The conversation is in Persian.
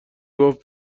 گفت